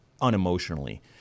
unemotionally